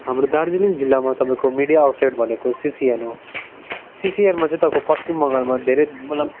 हाम्रो दार्जिलिङ जिल्लामा तपाईँको मिडिया आउटलेट भनेको सिसिएन हो सिसिएनमा चाहिँ तपाईँको पश्चिम बङ्गालमा धेरै मतलब